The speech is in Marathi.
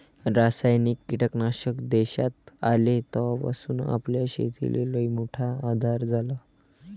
रासायनिक कीटकनाशक देशात आले तवापासून आपल्या शेतीले लईमोठा आधार झाला